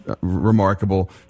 Remarkable